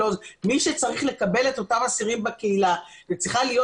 מי שצריך לקבל את אותם אסירים בקהילה וצריכה להיות